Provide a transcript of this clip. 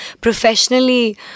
professionally